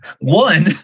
one